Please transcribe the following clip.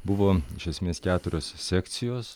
buvo iš esmės keturios sekcijos